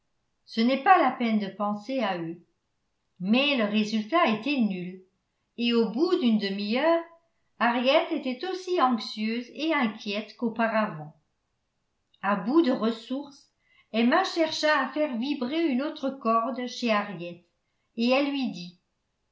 ce n'est pas la peine de penser à eux mais le résultat était nul et au bout d'une demi-heure henriette était aussi anxieuse et inquiète qu'auparavant à bout de ressources emma chercha à faire vibrer une autre corde chez henriette et elle lui dit